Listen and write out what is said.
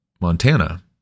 Montana